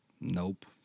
Nope